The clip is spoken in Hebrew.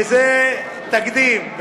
וזה תקדים,